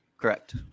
Correct